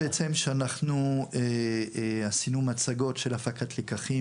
אנחנו נשמח אם תעבירו את התחקיר.